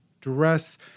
dress